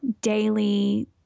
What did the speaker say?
daily